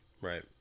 Right